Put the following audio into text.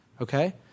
okay